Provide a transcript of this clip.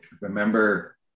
remember